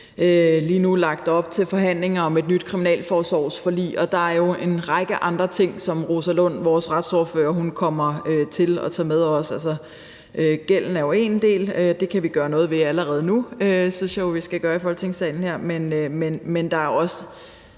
lige nu lagt op til forhandlinger om et nyt kriminalforsorgsforlig, og der er jo en række andre ting, som Rosa Lund, vores retsordfører, også kommer til at tage med. Altså, gælden er jo én del; det kan vi gøre noget ved allerede nu, og det synes jeg jo vi skal gøre i Folketingssalen her. Men der er også